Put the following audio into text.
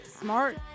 Smart